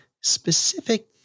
specific